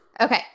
Okay